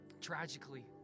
Tragically